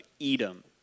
Edom